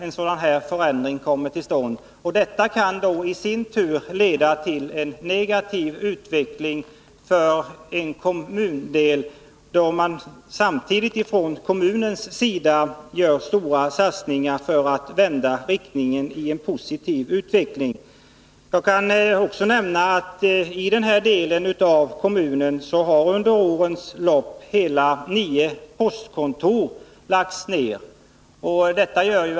En sådan förändring leder till en negativ utveckling för en kommundel samtidigt som kommunen gör stora satsningar för att vända utvecklingen i en positiv riktning. Jag kan också nämna att under årens lopp har hela nio postkontor lagts ner i den här delen av kommunen.